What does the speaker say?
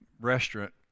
restaurant